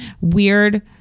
weird